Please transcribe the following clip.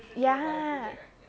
ya